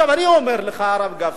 אני אומר לך, הרב גפני,